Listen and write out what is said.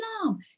Islam